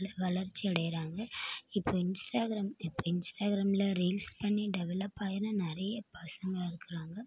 வள வளர்ச்சி அடையிறாங்க இப்போ இன்ஸ்டாகிராம் இப்போ இன்ஸ்டாகிராமில் ரீல்ஸ் பண்ணி டெவலப்பாயின நிறைய பசங்க இருக்கறாங்க